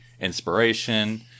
inspiration